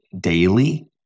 daily